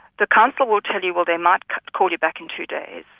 the council will tell you, well, they might call you back in two days,